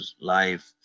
life